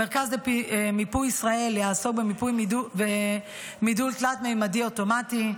המרכז למיפוי ישראל יעסוק במידול תלת-ממדי אוטומטי,